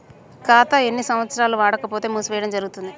ఖాతా ఎన్ని సంవత్సరాలు వాడకపోతే మూసివేయడం జరుగుతుంది?